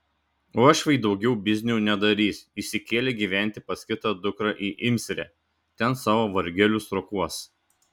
uošviai daugiau biznių nedarys išsikėlė gyventi pas kitą dukrą į imsrę ten savo vargelius rokuos